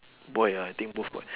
boy ah I think both boy